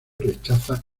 rechaza